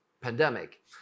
pandemic